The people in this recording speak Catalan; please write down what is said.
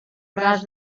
braç